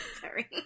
Sorry